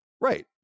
right